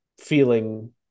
feeling